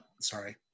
Sorry